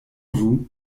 vous